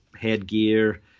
headgear